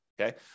okay